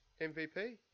MVP